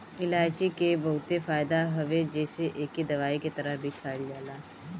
इलायची के बहुते फायदा हवे जेसे एके दवाई के तरह भी खाईल जाला